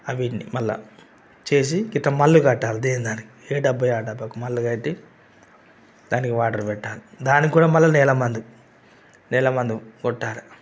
అవి మళ్ళా చేసి గిట్ట మళ్ళీ పెట్టాలి దేని దానికి ఏ డబ్బ ఆ డబ్బాకు మళ్ళ పెట్టి దానికి వాటర్ పెట్టాలి దానిక్కూడా మళ్ళా నెల మందు నెల మందు కొట్టాలి